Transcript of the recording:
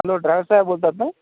hello driver साहेब बोलतात ना